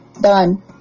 done